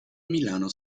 milano